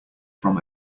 from